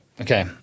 Okay